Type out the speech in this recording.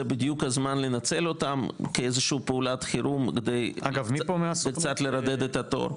זה בדיוק הזמן לנצל אותם כאיזושהי פעולת חירום כדי לרדד קצת את התור.